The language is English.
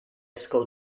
school